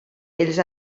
ells